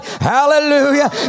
Hallelujah